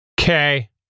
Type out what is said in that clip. Okay